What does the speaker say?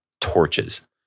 torches